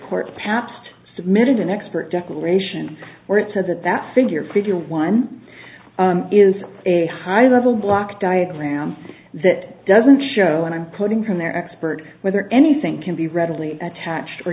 court pabst submitted an expert declaration where it says that that figure figure one is a high level block diagram that doesn't show and i'm quoting from their expert whether anything can be readily attached or